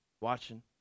watching